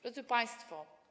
Drodzy Państwo!